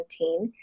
2019